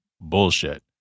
bullshit